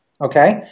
Okay